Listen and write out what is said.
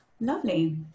lovely